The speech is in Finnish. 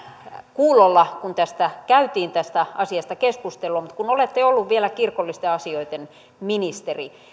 kuulolla kun käytiin tästä asiasta keskustelua mutta kun olette ollut vielä kirkollisten asioiden ministeri